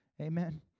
Amen